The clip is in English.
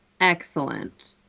excellent